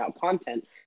content